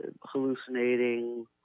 hallucinating